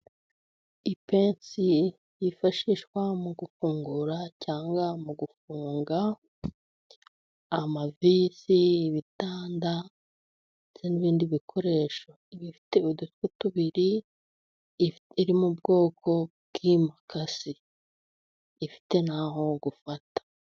Ipensi yifashishwa mu gufungura cyangwa mu gufunga amavesi, ibitanda, ndetse n'ibindi bikoresho bifite udufu tubiri, iri mu bwoko bw'imakasi, ifite n'aho gufata.